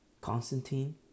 Constantine